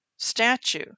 statue